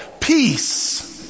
Peace